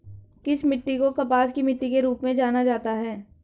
किस मिट्टी को कपास की मिट्टी के रूप में जाना जाता है?